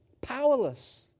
powerless